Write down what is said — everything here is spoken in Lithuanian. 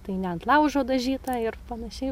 tai ne ant laužo dažyta ir panašiai